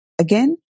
Again